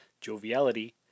joviality